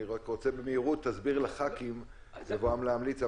אני רק רוצה במהירות שתסביר לח"כים בבואם להמליץ,